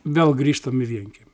vėl grįžtam į vienkiemį